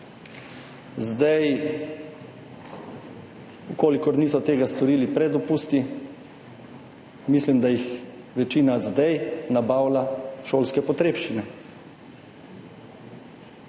v kolikor niso tega storili pred dopusti, mislim, da jih večina zdaj nabavlja šolske potrebščine.